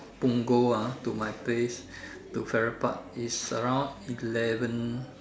Punggol ah to my place to Farrer Park is around eleven